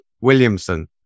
Williamson